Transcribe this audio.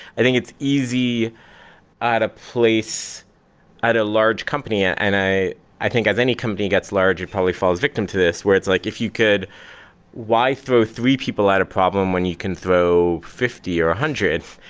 i think it's easy at a place at a large company. and and i i think as any company gets large, it probably falls victim to this where it's like if you could why throw three people at a problem when you can throw fifty or a one hundred.